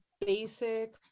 basic